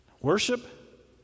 worship